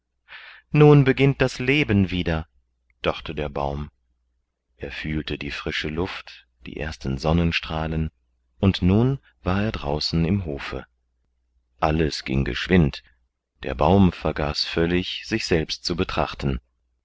nun beginnt das leben wieder dachte der baum er fühlte die frische luft die ersten sonnenstrahlen und nun war er draußen im hofe alles ging geschwind der baum vergaß völlig sich selbst zu betrachten